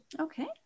okay